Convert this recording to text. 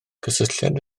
cysylltiad